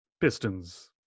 Pistons